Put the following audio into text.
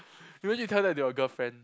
imagine you tell that to your girlfriend